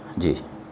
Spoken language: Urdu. جی